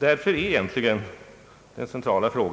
Det är självklart att denna debatt både på kort och